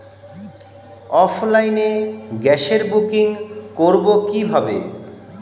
অফলাইনে গ্যাসের বুকিং করব কিভাবে?